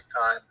time